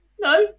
No